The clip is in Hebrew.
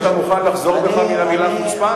האם אתה מוכן לחזור בך מהמלה "חוצפן"?